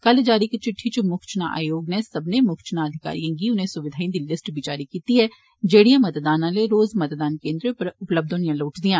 कल जारी इक चिट्ठी च मुक्ख चुनां आयोग नै सब्बनें मुक्ख चुनां अधिकारिएं गी उनें सुविघाएं दी लिस्ट बी जारी कीती ऐ जेड़ियां मतदान आले रोज मतदान केन्द्रें पर उपलब्य होनियां लोड़चदियां